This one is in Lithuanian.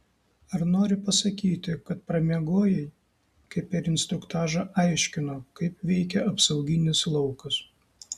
ar nori pasakyti kad pramiegojai kai per instruktažą aiškino kaip veikia apsauginis laukas